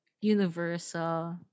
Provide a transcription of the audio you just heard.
universal